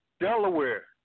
Delaware